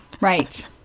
Right